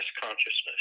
consciousness